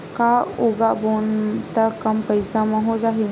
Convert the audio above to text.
का उगाबोन त कम पईसा म हो जाही?